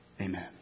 amen